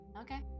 Okay